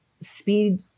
speed